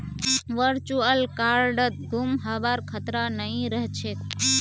virtual कार्डत गुम हबार खतरा नइ रह छेक